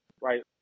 Right